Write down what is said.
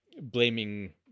blaming